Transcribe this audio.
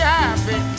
happy